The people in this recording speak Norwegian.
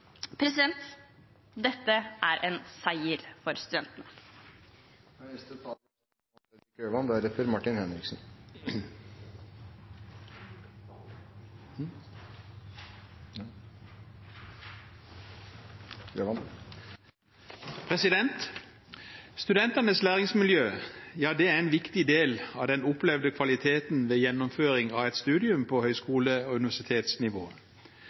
Dette er en seier for studentene. Studentenes læringsmiljø er en viktig del av den opplevde kvaliteten ved gjennomføring av et studium på høyskole- og universitetsnivå.